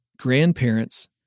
grandparents